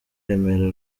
remera